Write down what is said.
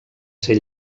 ser